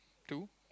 two